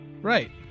Right